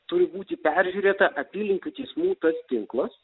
turi būti peržiūrėta apylinkių teismų tas tinklas